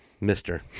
Mister